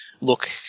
look